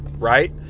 Right